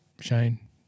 Shane